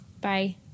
Bye